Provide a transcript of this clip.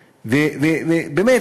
ובאמת,